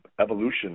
evolution